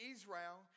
Israel